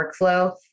workflow